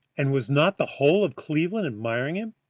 and was not the whole of cleveland admiring him,